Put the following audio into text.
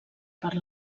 per